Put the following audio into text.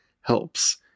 helps